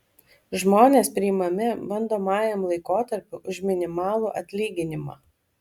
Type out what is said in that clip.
žmonės priimami bandomajam laikotarpiui už minimalų atlyginimą